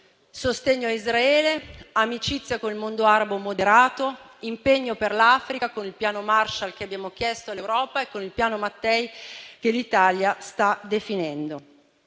sostegno a Israele, amicizia con il mondo arabo moderato, impegno per l'Africa con il piano Marshall che abbiamo chiesto all'Europa e con il piano Mattei che l'Italia sta definendo.